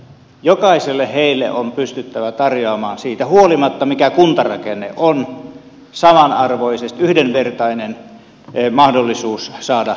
jokaiselle heistä on pystyttävä tarjoamaan siitä huolimatta mitä kuntarakenne on samanarvoisesti yhdenvertainen mahdollisuus saada opetusta ja koulutusta